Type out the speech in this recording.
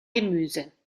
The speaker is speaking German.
gemüse